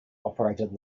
operated